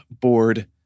board